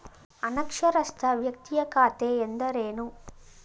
ಅನಕ್ಷರಸ್ಥ ವ್ಯಕ್ತಿಯ ಖಾತೆ ಎಂದರೇನು?